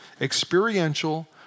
experiential